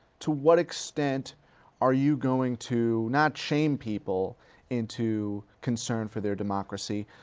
to what extent are you going to not shame people into concern for their democracy,